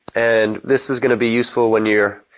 and this is going to be useful when you are